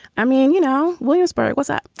i mean, you know, williamsburg was ah